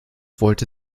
wollte